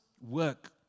work